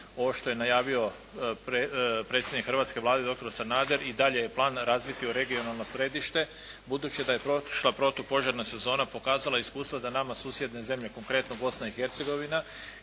ovo što je najavio predsjednik hrvatske Vlade doktor Sanader, i dalje je plan razviti u regionalno središte budući da je prošla protupožarna sezona pokazala i iskustva da nama susjedne zemlje konkretno Bosna i Hercegovina